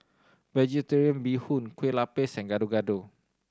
Vegetarian Bee Hoon Kueh Lapis and Gado Gado